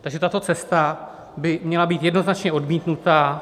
takže tato cesta by měla být jednoznačně odmítnuta.